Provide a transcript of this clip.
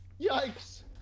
Yikes